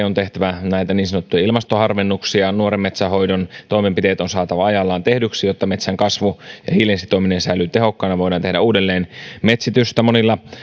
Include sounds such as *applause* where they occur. *unintelligible* on tehtävä niin sanottuja ilmastoharvennuksia nuoren metsän hoidon toimenpiteet on saatava ajallaan tehdyksi jotta metsän kasvu ja hiilen sitominen säilyy tehokkaana voidaan tehdä uudelleen metsitystä monilla